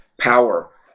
power